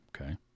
okay